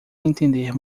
entender